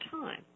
time